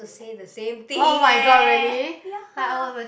say the same thing eh ya